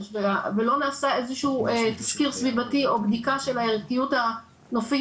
לא נעשה איזה שהוא תסקיר סביבתי או בדיקה של הערכיות הנופי